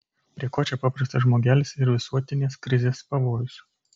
prie ko čia paprastas žmogelis ir visuotinės krizės pavojus